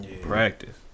Practice